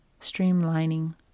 streamlining